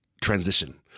transition